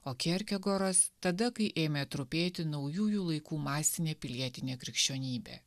o kerkegoras tada kai ėmė trupėti naujųjų laikų masinė pilietinė krikščionybė